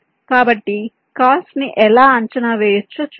కాబట్టి కాస్ట్ ను ఎలా అంచనా వేయవచ్చో చూద్దాం